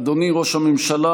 אדוני ראש הממשלה